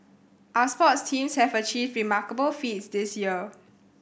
our sports teams have achieved remarkable feats this year